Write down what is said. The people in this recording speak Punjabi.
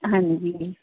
ਹਾਂਜੀ